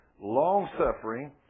long-suffering